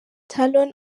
talon